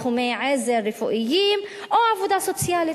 תחומי עזר רפואיים או עבודה סוציאלית.